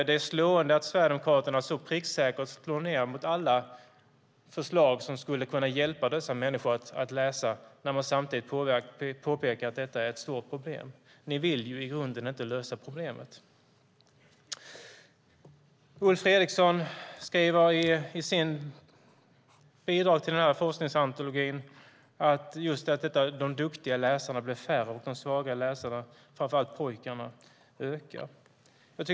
Det är slående att Sverigedemokraterna så pricksäkert slår ned på alla förslag som skulle kunna hjälpa dessa människor att läsa samtidigt som de påpekar att detta är ett stort problem. Ni vill i grunden inte lösa problemet. Ulf Fredriksson skriver i sitt bidrag till forskningsantologin att de duktiga läsarna blir färre och de svaga läsarna, framför allt pojkar, ökar.